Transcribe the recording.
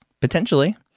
Potentially